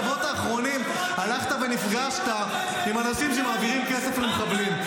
בשבועות האחרונים הלכת ונפגשת עם אנשים שמעבירים כסף למחבלים.